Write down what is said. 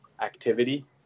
activity